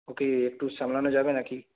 ওকে একটু সামলানো যাবে না কি